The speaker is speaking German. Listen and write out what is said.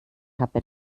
habe